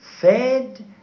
fed